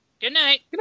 Goodnight